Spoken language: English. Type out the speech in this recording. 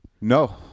No